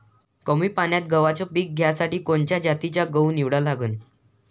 कमी पान्यात गव्हाचं पीक घ्यासाठी कोनच्या जातीचा गहू निवडा लागन?